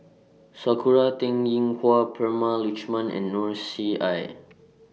Sakura Teng Ying Hua Prema Letchumanan and Noor C I